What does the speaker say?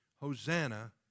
Hosanna